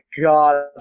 god